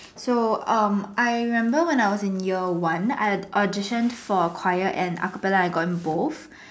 so um I remember when I was in year one I audition for choir and acappella I got in both